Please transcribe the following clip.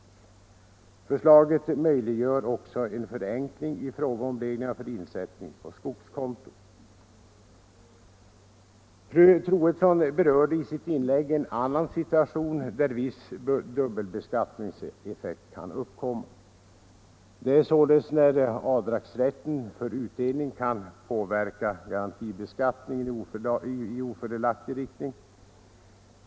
Förslaget möjliggör också en förenkling i fråga om reglerna för insättning på skogskonto. Fru Troedsson berörde en annan situation där viss dubbelbeskattningseffekt kan uppkomma. Det är när avdragsrätten för utdelning kan påverka garantibeskattningen i ofördelaktig riktning.